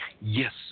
Yes